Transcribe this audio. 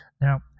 Now